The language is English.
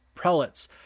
prelates